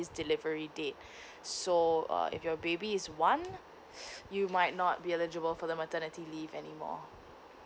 delivery date so uh if your baby is one you might not be eligible for the maternity leave anymore